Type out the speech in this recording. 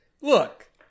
look